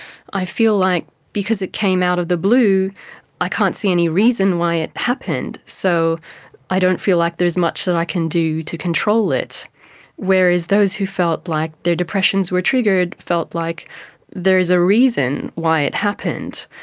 i feel like because it came out of the blue i can't see any reason why it happened, so i don't feel like there's much that i can do to control it whereas those who felt like their depressions were triggered felt like there is a reason why it happened,